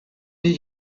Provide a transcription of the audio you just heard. did